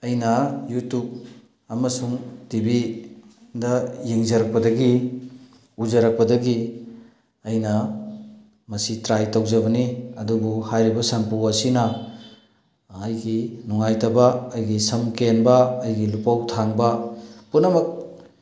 ꯑꯩꯅ ꯌꯨꯇꯨꯞ ꯑꯃꯁꯨꯡ T V ꯗ ꯌꯦꯡꯖꯔꯛꯄꯗꯒꯤ ꯎꯖꯔꯛꯄꯗꯒꯤ ꯑꯩꯅ ꯃꯁꯤ ꯇ꯭ꯔꯥꯏ ꯇꯧꯖꯕꯅꯤ ꯑꯗꯨꯕꯨ ꯍꯥꯏꯔꯤꯕ ꯁꯝꯄꯨ ꯑꯁꯤꯅ ꯑꯩꯒꯤ ꯅꯨꯡꯉꯥꯏꯇꯕ ꯑꯩꯒꯤ ꯁꯝ ꯀꯦꯟꯕ ꯑꯩꯒꯤ ꯂꯨꯄꯧ ꯊꯥꯡꯕ ꯄꯨꯝꯅꯃꯛ